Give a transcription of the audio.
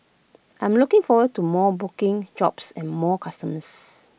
I'm looking forward to more booking jobs and more customers